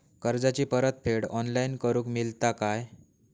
कर्जाची परत फेड ऑनलाइन करूक मेलता काय?